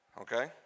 Okay